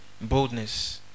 Boldness